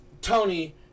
Tony